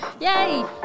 Yay